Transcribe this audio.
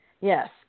Yes